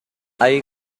hay